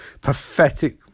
pathetic